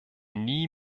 nie